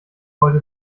heute